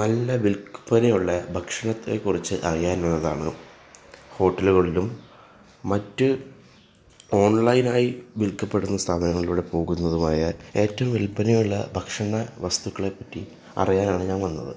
നല്ല വിൽപ്പനയുള്ള ഭക്ഷണത്തെക്കുറിച്ച് അറിയാൻ വന്നതാണ് ഹോട്ടലുകളിലും മറ്റ് ഓൺലൈനായി വിൽക്കപ്പെടുന്ന സ്ഥാപനങ്ങളിലൂടെ പോകുന്നതുമായ ഏറ്റവും വില്പനയുള്ള ഭക്ഷണ വസ്തുക്കളെ പറ്റി അറിയാനാണ് ഞാൻ വന്നത്